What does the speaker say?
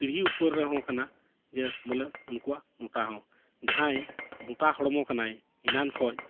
ᱯᱤᱲᱦᱤ ᱩᱯᱚᱨ ᱨᱮᱦᱚᱸ ᱠᱟᱱᱟ ᱡᱮ ᱵᱚᱞᱮ ᱩᱱᱠᱩᱣᱟᱜ ᱢᱚᱴᱟ ᱦᱚᱸ ᱡᱟᱦᱟᱸᱭ ᱢᱚᱴᱟ ᱦᱚᱲᱢᱚ ᱠᱟᱱᱟᱭ ᱮᱱᱟᱱ ᱠᱷᱚᱱ